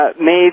made